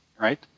right